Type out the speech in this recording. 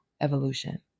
evolution